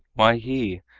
why he,